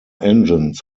engines